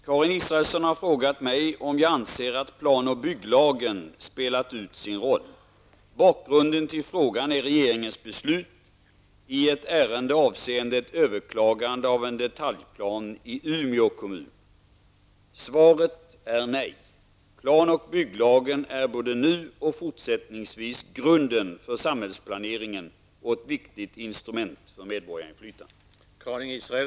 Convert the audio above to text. Herr talman! Karin Israelsson har frågat mig om jag anser att plan och bygglagen spelat ut sin roll. Bakgrunden till frågan är regeringens beslut i ett ärende avseende ett överklagande av en detaljplan i Umeå kommun. Svaret är nej. Plan och bygglagen är både nu och fortsättningsvis grunden för samhällsplaneringen och ett viktigt instrument för medborgarinflytandet.